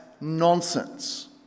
nonsense